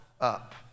up